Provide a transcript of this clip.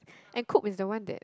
and cook is the one that